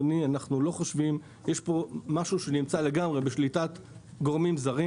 יש פה משהו שנמצא לגמרי בשליטת גורמים זרים